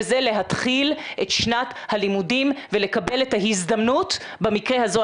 וזה להתחיל את שנת הלימודים ולקבל את ההזדמנות במקרה הזה,